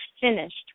finished